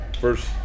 first